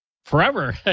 Forever